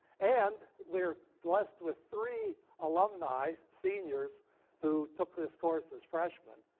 and we're blessed with three alumni, seniors who took this course as freshmen,